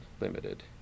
limited